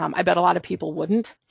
um i bet a lot of people wouldn't,